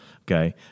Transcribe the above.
okay